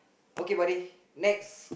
okay buddy next